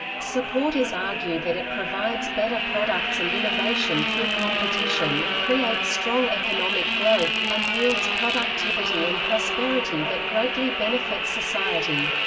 supporters argue that it provides better products and innovation through competition, creates strong economic growth, and yields productivity and prosperity that greatly benefits society.